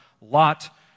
Lot